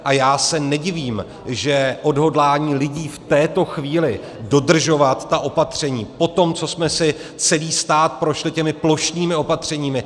A já se nedivím odhodlání lidí v této chvíli dodržovat ta opatření po tom, co jsme si celý stát prošli těmi plošnými opatřeními.